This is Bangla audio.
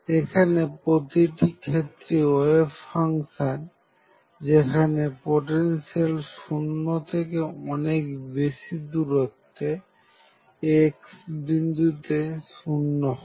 এখানে প্রতিটি ক্ষেত্রেই ওয়েভ ফাংশন যেখানে পোটেনশিয়াল 0 সেখান থেকে অনেক বেশি দূরত্বে x বিন্দুতে 0 হয়